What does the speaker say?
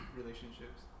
relationships